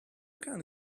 can